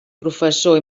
professor